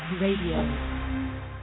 Radio